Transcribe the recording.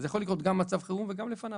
לקרות גם במצב חירום וגם לפניו.